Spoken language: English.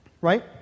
right